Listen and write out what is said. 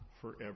forever